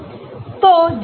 तो यह Nimesulide है